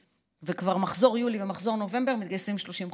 וכבר מחזור יולי ומחזור נובמבר מתגייסים ל-30 חודשים.